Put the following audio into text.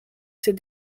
ses